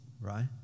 right